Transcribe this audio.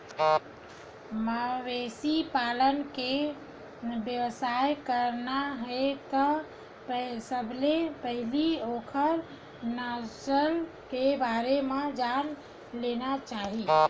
मवेशी पालन के बेवसाय करना हे त सबले पहिली ओखर नसल के बारे म जान लेना चाही